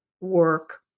work